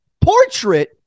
portrait